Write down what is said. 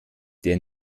der